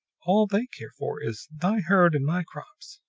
all they care for is thy herd and my crops!